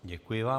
Děkuji vám.